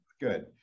Good